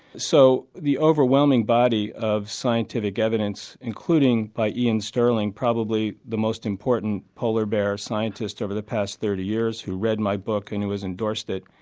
so the overwhelming body of scientific evidence, including by ian stirling, probably the most important polar bear scientist over the last thirty years who read my book and who has endorsed it,